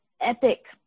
epic